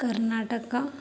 Karnataka